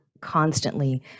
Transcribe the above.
constantly